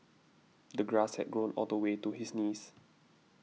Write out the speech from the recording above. the grass had grown all the way to his knees